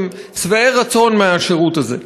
והם שבעי רצון מהשירות הזה.